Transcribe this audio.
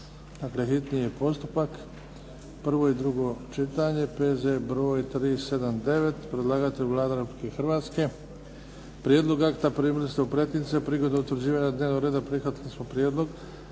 hitni postupak, prvo i drugo čitanje, P.Z. br. 379 Predlagatelj Vlada Republike Hrvatske. Prijedlog akta primili ste u pretince. Prigodom utvrđivanja dnevnog reda prihvatili smo prijedlog